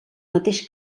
mateix